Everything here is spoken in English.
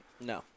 No